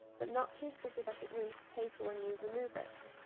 but not too sticky that it ruins the paper when you remove it.